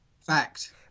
Fact